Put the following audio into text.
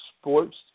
Sports